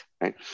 right